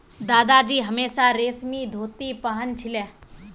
दादाजी हमेशा रेशमी धोती पह न छिले